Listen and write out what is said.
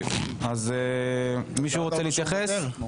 שאלת אם הוא מוותר?